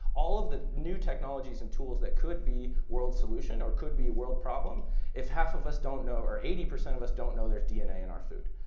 all of the new technologies and tools that could be world solution or could be a world problem if half of us don't know or eighty percent of us don't know there's dna in our food?